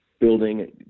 building